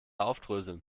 aufdröseln